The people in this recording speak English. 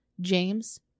James